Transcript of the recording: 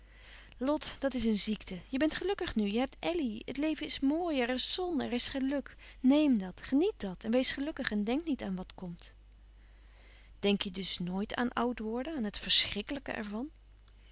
lot dat is een ziekte je bent gelukkig nu je hebt elly het leven is mooi er is zon er is geluk neem dat geniet dat en wees gelukkig en denk niet aan wat komt denk je dus nooit aan oud worden aan het verschrikkelijke ervan